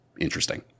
interesting